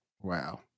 Wow